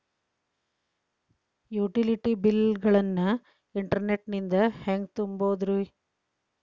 Utility bill ಗಳನ್ನ internet ನಿಂದ ಹೆಂಗ್ ತುಂಬೋದುರಿ?